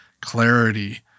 clarity